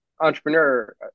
entrepreneur